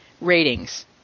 ratings